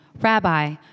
Rabbi